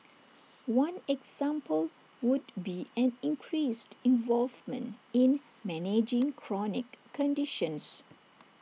one example would be an increased involvement in managing chronic conditions